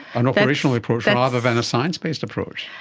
an operational approach rather than a science-based approach.